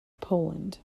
poland